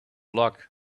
luck